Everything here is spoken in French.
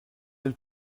elle